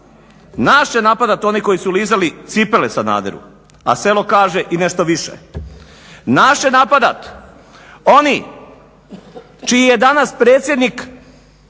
Nas će napadati oni koji su lizali cipele Sanaderu, a selo kaže i nešto više. Naš će napadat oni čiji je danas predsjednik